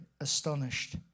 astonished